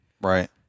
Right